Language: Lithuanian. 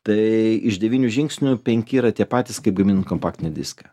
tai iš devynių žingsnių penki yra tie patys kaip gaminant kompaktinį diską